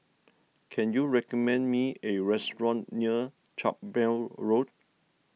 can you recommend me a restaurant near Carpmael Road